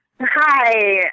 Hi